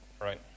Right